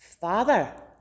father